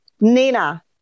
nina